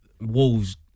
Wolves